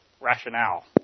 rationale